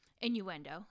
innuendo